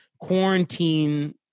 Quarantine